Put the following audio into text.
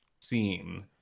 scene